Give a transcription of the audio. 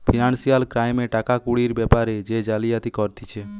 financial ক্রাইমে টাকা কুড়ির বেপারে যে জালিয়াতি করতিছে